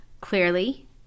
clearly